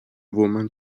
woman